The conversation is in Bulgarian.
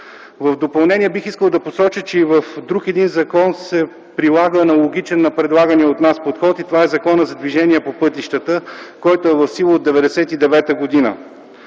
В допълнение бих искал да посоча, че и в друг един закон се прилага аналогичен на прилагания от нас подход и това е Законът за движение по пътищата, който е в сила от 1999 г.